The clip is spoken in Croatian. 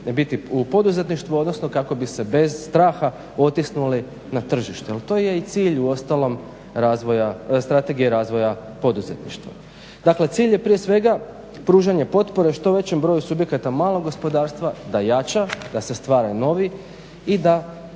biti u poduzetništvu, odnosno kako bi se bez straha otisnuli na tržište. Jer to je i cilj uostalom razvoja, Strategije razvoja poduzetništva. Dakle, cilj je prije svega pružanje potpore što većem broju subjekata malog gospodarstva da jača, da se stvara novi i da,